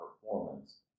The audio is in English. performance